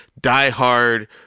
diehard